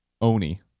Oni